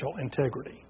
integrity